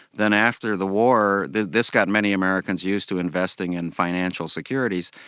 then after the war, this this got many americans used to investing in financial securities,